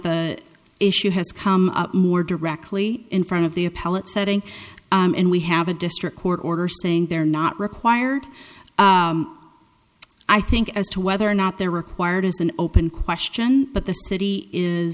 the issue has come up more directly in front of the appellate setting and we have a district court order saying they're not required i think as to whether or not they're required is an open question but the city is